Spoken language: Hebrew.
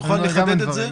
תוכל לחדד את זה?